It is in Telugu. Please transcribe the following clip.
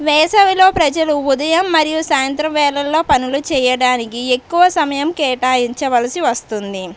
వేసవిలో ప్రజలు ఉదయం మరియు సాయంత్ర వేళల్లో పనులు చేయడానికి ఎక్కువ సమయం కేటాయించ వలసి వస్తుంది